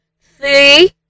three